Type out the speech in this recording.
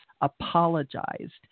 apologized